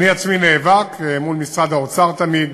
אני עצמי נאבק עם משרד האוצר, תמיד,